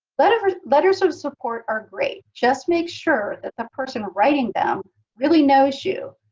whatever letters of support are great. just make sure that the person writing them really knows you,